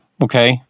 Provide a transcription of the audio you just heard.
Okay